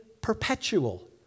perpetual